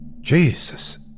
Jesus